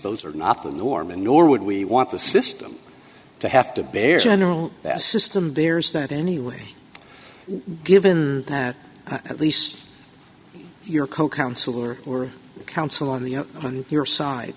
those are not the norm and nor would we want the system to have to bear general that a system bears that anyway given that at least your co counsel or or counsel on the on your side